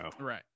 right